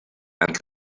and